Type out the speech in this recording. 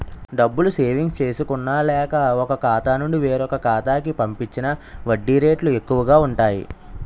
డబ్బులు సేవింగ్స్ చేసుకున్న లేక, ఒక ఖాతా నుండి వేరొక ఖాతా కి పంపించిన వడ్డీ రేట్లు ఎక్కువు గా ఉంటాయి